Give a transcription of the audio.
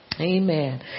Amen